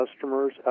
customers